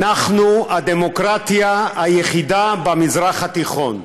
אנחנו הדמוקרטיה היחידה במזרח התיכון,